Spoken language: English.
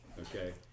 okay